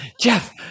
jeff